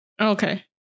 Okay